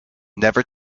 never